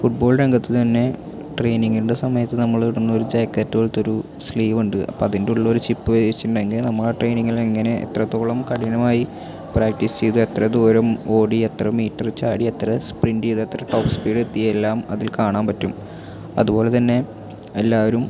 ഫുട് ball രംഗത്ത് തന്നെ ട്രെയിനിങിൻ്റെ സമയത്ത് നമ്മളിടുന്നൊരു ജാക്കറ്റ് പോലെത്തെ ഒരു സ്ലീവ് ഉണ്ട് അപ്പം അതിൻ്റെയുള്ളിലൊരു ചിപ്പ് വെച്ചിട്ടുണ്ടെങ്കിൽ നമ്മൾ ട്രെനിങ്ങിൽ എങ്ങനെ എത്രത്തോളം കഠിനമായി പ്രാക്ടീസ് ചെയ്തു എത്ര ദൂരം ഓടി എത്ര മീറ്റർ ചാടി എത്ര സ്പ്രിൻറ്റ് ചെയ്ത് എത്ര ടോപ് സ്പീഡ് എത്തി എല്ലാം അതിൽ കാണാൻ പറ്റും അതുപോലെ തന്നെ എല്ലാവരും